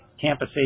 campus